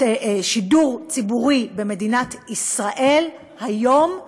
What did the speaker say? השידור הציבורי במדינת ישראל היום מת,